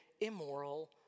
immoral